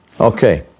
Okay